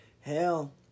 Hell